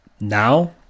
now